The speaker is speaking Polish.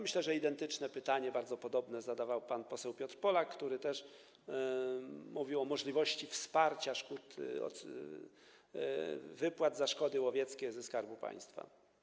Myślę, że identyczne pytanie, bardzo podobne, zadawał pan poseł Piotr Polak, który też mówił o możliwości wsparcia wypłat za szkody łowieckie ze środków Skarbu Państwa.